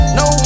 no